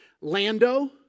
Lando